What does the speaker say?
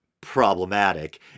problematic